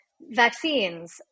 vaccines